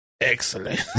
excellent